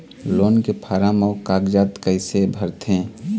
Loan के form अऊ कागजात कइसे भरथें?